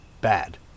bad